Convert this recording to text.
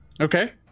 Okay